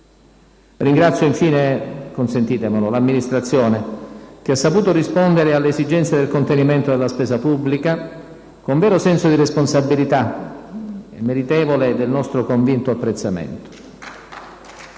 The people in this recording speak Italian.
Ringrazio infine, consentitemelo, l'Amministrazione, che ha saputo rispondere alle esigenze del contenimento della spesa pubblica con vero senso di responsabilità: è meritevole del nostro convinto apprezzamento.